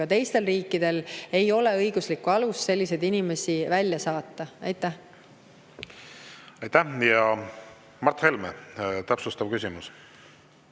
teistel riikidel ei ole õiguslikku alust selliseid inimesi välja saata. Aitäh! Mart Helme, täpsustav küsimus.